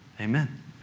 Amen